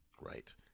right